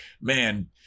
man